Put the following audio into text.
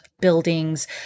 buildings